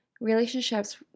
relationships